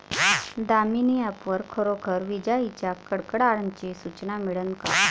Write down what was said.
Damini app वर खरोखर विजाइच्या कडकडाटाची सूचना मिळन का?